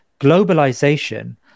globalization